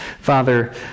Father